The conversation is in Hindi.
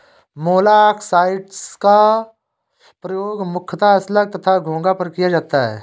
मोलॉक्साइड्स का प्रयोग मुख्यतः स्लग तथा घोंघा पर किया जाता है